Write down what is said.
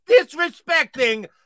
disrespecting